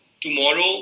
tomorrow